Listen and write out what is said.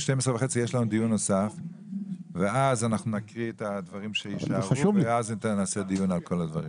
אז אנחנו נקריא את הדברים שיישארו ואז נעשה דיון על כל הדברים.